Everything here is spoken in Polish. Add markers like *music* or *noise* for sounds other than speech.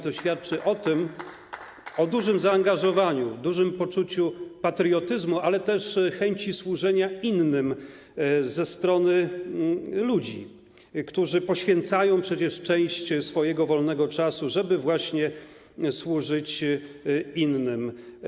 To świadczy *applause* o dużym zaangażowaniu, dużym poczuciu patriotyzmu, ale też chęci służenia innym ze strony ludzi, którzy poświęcają przecież część swojego wolnego czasu, żeby właśnie służyć innym.